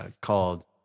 called